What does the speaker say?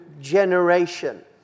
generation